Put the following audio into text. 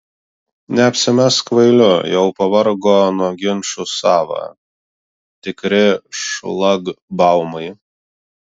neapsimesk kvailiu jau pavargo nuo ginčų sava tikri šlagbaumai